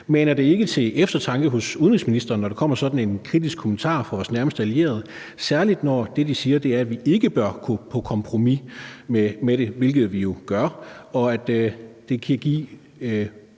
Maner det ikke til eftertanke hos udenrigsministeren, når der kommer sådan en kritisk kommentar fra vores nærmeste allierede, særlig når det, de siger, er, at vi ikke bør gå på kompromis med det, hvilket vi jo gør, og at det kan blive